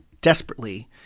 desperately